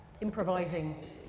improvising